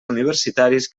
universitaris